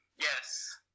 Yes